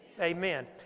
Amen